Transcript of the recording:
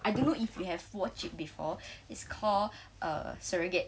I don't know if you have watched before it'a called uh surrogate